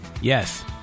Yes